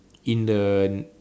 in the